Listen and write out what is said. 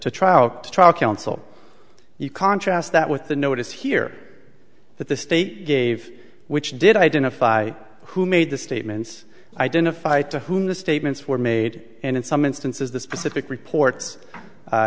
to try out to trial counsel you contrast that with the notice here that the state gave which did identify who made the statements identify to whom the statements were made and in some instances the specific report